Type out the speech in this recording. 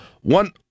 one